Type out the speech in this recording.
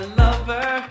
lover